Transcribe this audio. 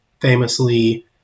famously